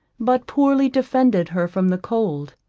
but poorly defended her from the cold.